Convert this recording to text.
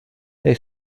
they